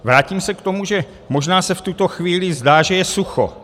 Vrátím se k tomu, že možná se v tuto chvíli zdá, že je sucho.